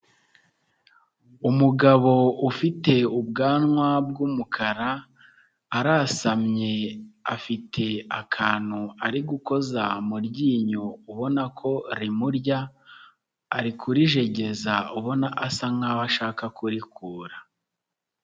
Umugabo ufite ubwanwa bw'umukara, arasamye, afite akantu ari gukoza mu ryinyo ubona ko rimurya, ari kurijegeza ubona asa nkaho ashaka kurikura.